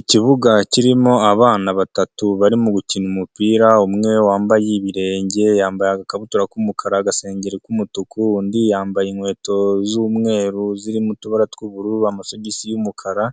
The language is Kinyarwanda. Ikibuga kirimo abana batatu barimo gukina umupira, umwe wambaye ibirenge yambaye agakabutura k'umukara agasengeri k'umutuku, undi yambaye inkweto z'umweru zirimo utubara tw'ubururu amasogisi y'umukara,